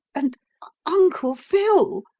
and uncle phil!